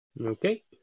Okay